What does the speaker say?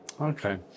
Okay